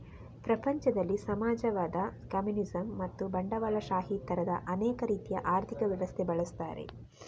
ಪ್ರಪಂಚದಲ್ಲಿ ಸಮಾಜವಾದ, ಕಮ್ಯುನಿಸಂ ಮತ್ತು ಬಂಡವಾಳಶಾಹಿ ತರದ ಅನೇಕ ರೀತಿಯ ಆರ್ಥಿಕ ವ್ಯವಸ್ಥೆ ಬಳಸ್ತಾರೆ